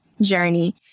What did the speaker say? journey